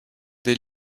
des